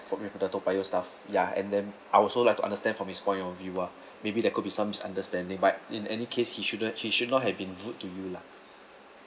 from you and from the toa payoh staff ya and then I also like to understand from his point of view ah maybe that could be some understanding but in any case he shouldn't he should not have been rude to you lah